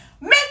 Make